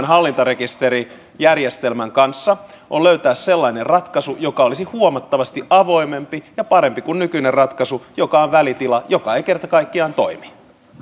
hallintarekisterijärjestelmän kanssa on löytää sellainen ratkaisu joka olisi huomattavasti avoimempi ja parempi kuin nykyinen ratkaisu joka on välitila joka ei kerta kaikkiaan toimi